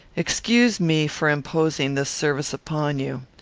excuse me for imposing this service upon you.